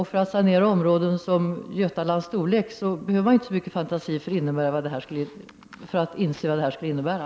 För att sanera områden av Götalands storlek behövs det inte så mycket fantasi för att inse vad det skulle innebära.